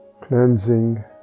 cleansing